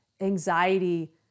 anxiety